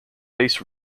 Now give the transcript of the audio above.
based